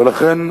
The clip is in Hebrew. ולכן,